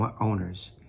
owners